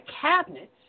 cabinet